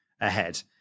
ahead